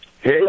Hey